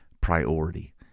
priority